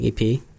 EP